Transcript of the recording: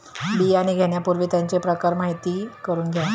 बियाणे घेण्यापूर्वी त्यांचे प्रकार माहिती करून घ्या